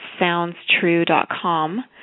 soundstrue.com